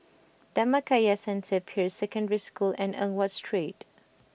Dhammakaya Centre Peirce Secondary School and Eng Watt Street